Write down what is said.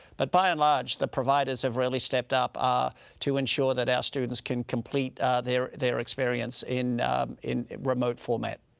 but by and large, the providers have really stepped up ah to ensure that our students can complete their their experience in in remote format.